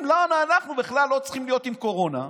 למה אנחנו בכלל לא צריכים להיות עם קורונה.